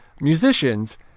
musicians